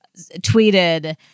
tweeted